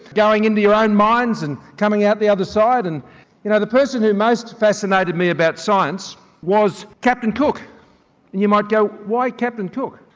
going into your own minds and coming out the other side. and you know the person who most fascinated me about science was captain cook. and you might go why captain cook?